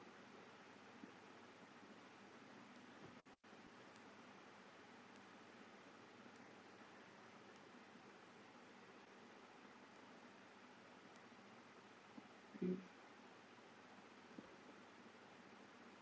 mm